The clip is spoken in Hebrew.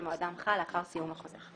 שמועדם חל לאחר סיום החוזה."